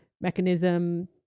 mechanism